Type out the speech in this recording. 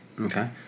Okay